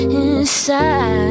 inside